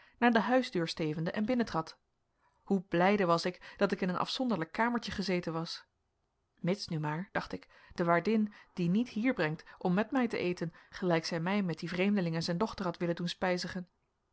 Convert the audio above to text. naar de huisdeur stevende en binnentrad hoe blijde was ik dat ik in een afzonderlijk kamertje gezeten was mits nu maar dacht ik de waardin dien niet hier brengt om met mij te eten gelijk zij mij met dien vreemdeling en zijn dochter had willen doen spijzigen